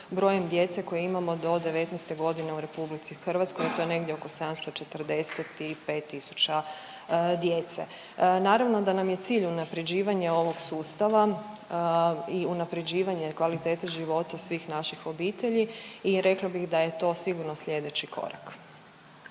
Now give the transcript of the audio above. brojem djece koje imamo do 19 godine u RH, to je negdje oko 745 tisuća djece. Naravno da nam je cilj unapređivanje ovog sustava i unapređivanje kvalitete života svih naših obitelji i rekla bih da je to sigurno slijedeći korak.